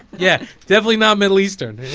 yeah, definitely not middle eastern,